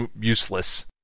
useless